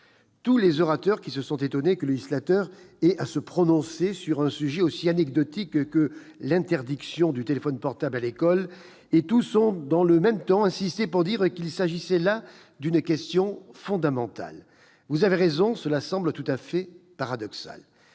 tous les orateurs se sont étonnés que le législateur ait à se prononcer sur un sujet aussi anecdotique que l'interdiction du téléphone portable à l'école et tous ont, dans le même temps, insisté pour dire qu'il s'agissait là d'une question fondamentale. Vous avez raison, cela semble tout à fait paradoxal.